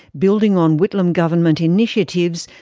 building on whitlam government initiatives,